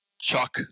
Chuck